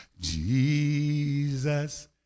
Jesus